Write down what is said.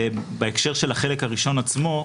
בהקשר של החלק הראשון עצמו,